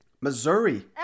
Missouri